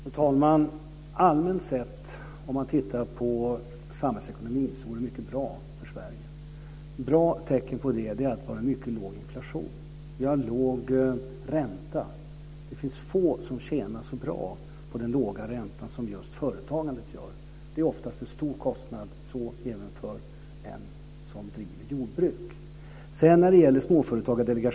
Fru talman! Allmänt sett, om man tittar på samhällsekonomin, så går det mycket bra för Sverige. Ett bra tecken på det är att vi har en mycket låg inflation. Vi har låg ränta. Det finns få som tjänar så bra på den låga räntan som just företagandet. Det är ofta en stor kostnad även för den som driver jordbruk.